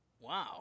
Wow